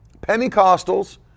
Pentecostals